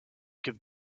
give